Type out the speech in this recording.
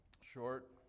short